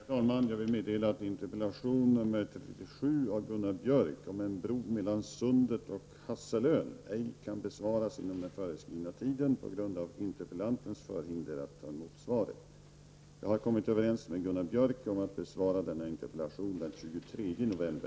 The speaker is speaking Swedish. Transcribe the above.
Herr talman! Jag får meddela att interpellation 37 Hasselön ej kan besvaras inom den föreskrivna tiden på grund av interpellantens hinder att ta emot svaret. Jag har kommit överens med Gunnar Björk om att besvara interpellationen den 23 november